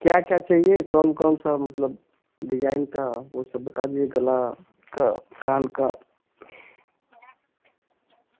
क्या क्या चाहिए कौन कौन सा मतलब डिजाइन का वह सब बता दीजिए गला का कान का